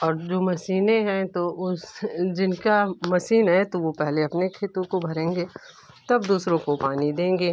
और जो मसीने हैं तो उस जिनका मसीन है तो वो पहले अपने खेतों को भरेंगे तब दूसरों को पानी देंगे